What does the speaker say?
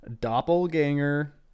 doppelganger